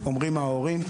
אומרים ההורים.